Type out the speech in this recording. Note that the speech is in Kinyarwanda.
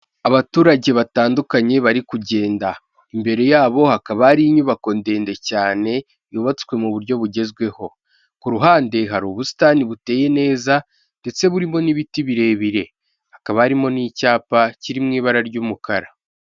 Abaturage batandukanye bari kugenda imbere yabo hakaba hari inyubako ndende cyane yubatswe mu buryo bugezweho, ku ruhande hari ubusitani buteye neza ndetse burimo n'ibiti birebire hakaba harimo n'icyapa kiri mu ibara ry'umukara.